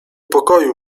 pokoju